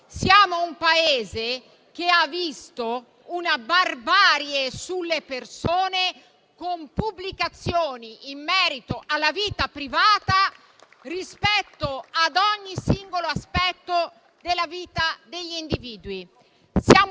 Siamo un Paese che ha visto operare una barbarie sulle persone, con pubblicazioni in merito alla vita privata e rispetto a ogni singolo aspetto della vita degli individui.